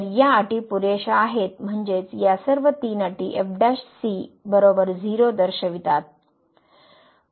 तर या अटी पुरेशी आहेत म्हणजेच या सर्व तीन अटी दर्शवितात